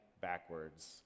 backwards